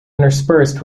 interspersed